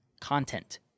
content